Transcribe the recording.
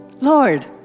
Lord